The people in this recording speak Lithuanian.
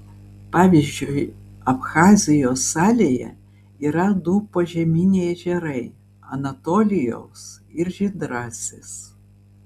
pavyzdžiui abchazijos salėje yra du požeminiai ežerai anatolijaus ir žydrasis